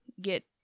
get